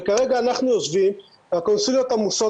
וכרגע אנחנו יושבים והקונסוליות עמוסות,